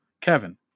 Kevin